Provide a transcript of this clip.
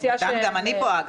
מתן, גם אני פה.